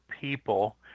people